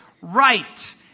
right